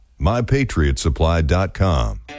MyPatriotSupply.com